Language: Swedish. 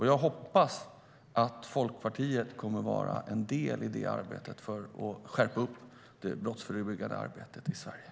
Jag hoppas att Folkpartiet kommer att vara en del i det arbetet för att skärpa det brottsförebyggande arbetet i Sverige.